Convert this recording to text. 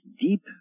deep